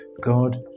God